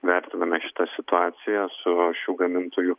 vertiname šitą situaciją su šių gamintojų